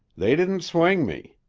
they didn't swing me.